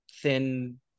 thin